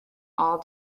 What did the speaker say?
all